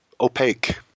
opaque